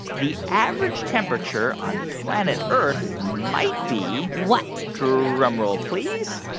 the average temperature on planet earth might be. what. drumroll, please.